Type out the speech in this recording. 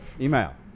Email